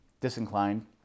disinclined